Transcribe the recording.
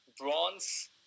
bronze